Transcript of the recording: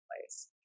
place